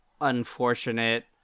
unfortunate